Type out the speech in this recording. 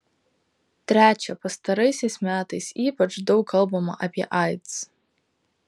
trečia pastaraisiais metais ypač daug kalbama apie aids